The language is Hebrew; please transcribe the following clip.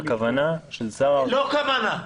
הכוונה של שר --- לא כוונה.